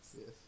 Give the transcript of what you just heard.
Yes